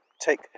take